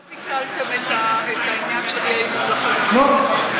לא ביטלתם את העניין של האי-אמון לחלוטין.